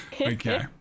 okay